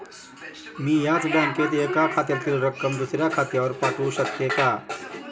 मी याच बँकेत एका खात्यातील रक्कम दुसऱ्या खात्यावर पाठवू शकते का?